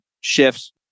shifts